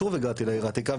שוב הגעתי לעיר העתיקה,